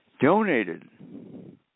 donated